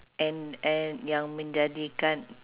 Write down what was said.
and and yang menjadikan